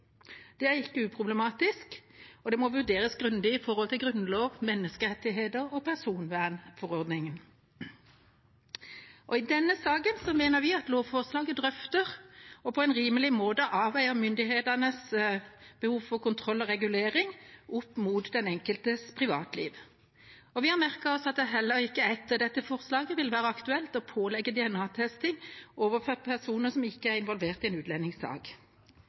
Det er ikke uproblematisk, og det må vurderes grundig i forhold til Grunnloven, menneskerettighetene og personvernforordningen. I denne saken mener vi at lovforslaget drøfter og på en rimelig måte avveier myndighetenes behov for kontroll og regulering opp mot den enkeltes privatliv, og vi har merket oss at det heller ikke etter dette forslaget vil være aktuelt å pålegge DNA-testing overfor personer som ikke er involvert i en utlendingssak.